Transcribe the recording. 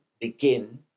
begin